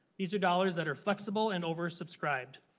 these are dollars that are flexible and oversubscribed.